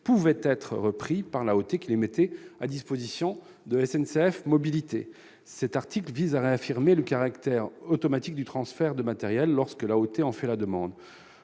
des transports, l'AOT, qui les mettait à la disposition de SNCF Mobilités. Cet article vise à réaffirmer le caractère automatique du transfert de matériels lorsque l'AOT en fait la demande.